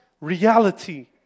reality